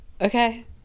Okay